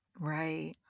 Right